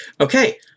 Okay